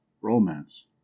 romance